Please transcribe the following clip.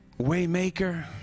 Waymaker